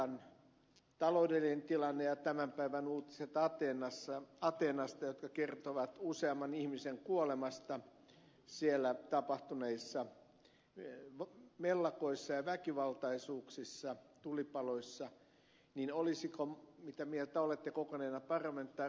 kreikan taloudellinen tilanne ja tämän päivän uutiset ateenasta jotka kertovat useamman ihmisen kuolemasta siellä tapahtuneissa mellakoissa ja väkivaltaisuuksissa tulipaloissa ei olisikaan mitä mieltä olet joko meillä tarvetta